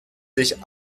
sich